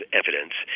evidence